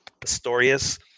Pistorius